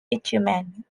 bitumen